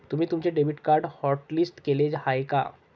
तुम्ही तुमचे debit card hotlist केले आहे का?